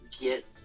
Get